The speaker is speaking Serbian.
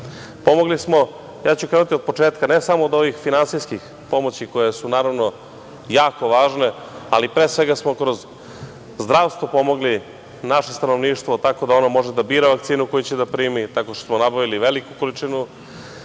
Pomogli smo, ja ću krenuti od početka, ne samo od ovih finansijskih pomoći koje su naravno jako važne, ali pre svega smo kroz zdravstvo pomogli naše stanovništvo tako da ono može da bira vakcinu koju će da primi, tako što smo nabavili veliku količinu